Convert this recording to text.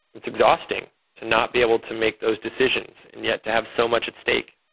it's exhausting to not be able to make those decisions and yet to have so much at stake.